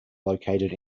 located